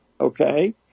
okay